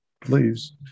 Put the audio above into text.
please